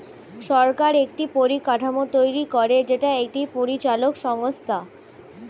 সরকার একটি পরিকাঠামো তৈরী করে যেটা একটি পরিচালক সংস্থা